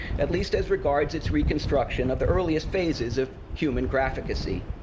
at least as regards its reconstruction of the earliest phases of human graphicacy.